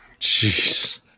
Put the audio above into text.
Jeez